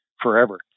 forever